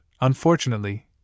unfortunately